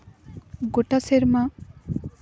ᱜᱚᱴᱟ ᱥᱮᱨᱢᱟ